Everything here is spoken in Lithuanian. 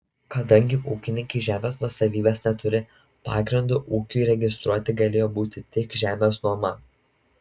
kadangi ūkininkai žemės nuosavybės neturi pagrindu ūkiui registruoti galėjo būti tik žemės nuoma